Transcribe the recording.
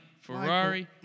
Ferrari